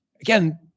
Again